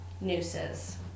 nooses